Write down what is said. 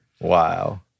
Wow